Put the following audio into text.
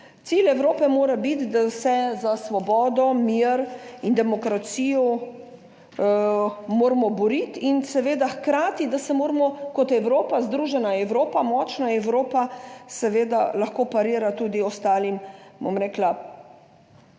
Cilj Evrope mora biti, da se za svobodo, mir in demokracijo moramo boriti in seveda hkrati, da se moramo kot Evropa, združena Evropa, močna Evropa seveda lahko parira tudi ostalim, bom rekla,